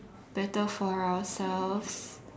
better for ourselves